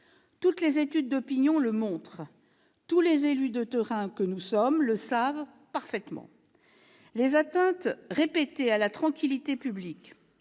Toutes les études d'opinion le montrent. Tous les élus de terrain que nous sommes le savent parfaitement. Les atteintes répétées à la tranquillité publique,